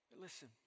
Listen